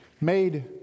made